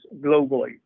globally